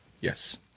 Yes